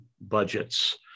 budgets